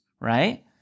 right